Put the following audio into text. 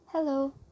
Hello